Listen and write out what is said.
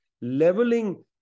Leveling